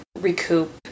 recoup